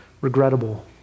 regrettable